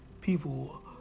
people